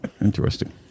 Interesting